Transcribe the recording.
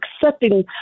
accepting